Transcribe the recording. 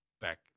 back